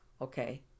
Okay